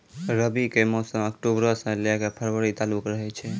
रबी के मौसम अक्टूबरो से लै के फरवरी तालुक रहै छै